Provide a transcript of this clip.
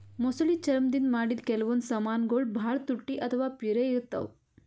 ಮೊಸಳಿ ಚರ್ಮ್ ದಿಂದ್ ಮಾಡಿದ್ದ್ ಕೆಲವೊಂದ್ ಸಮಾನ್ಗೊಳ್ ಭಾಳ್ ತುಟ್ಟಿ ಅಥವಾ ಪಿರೆ ಇರ್ತವ್